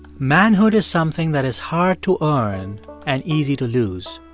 manhood is something that is hard to earn and easy to lose.